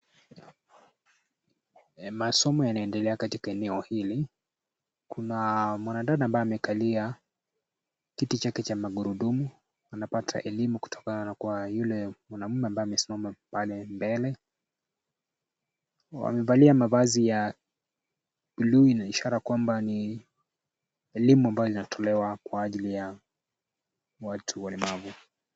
Masomo yanaendelea katika eneo hili. Kuna mwandada ambaye amekalia kiti chake cha magurudumu anapata elimu kutoka kwa yule mwanaume ambaye amesimama pale mbele. Wamevalia mavazi ya bluu ishara kwamba ni elimu ambayo inatolewa kwa ajili ya watu walemavu.